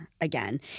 again